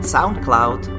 SoundCloud